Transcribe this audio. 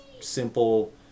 simple